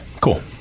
Cool